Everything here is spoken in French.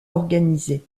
organisé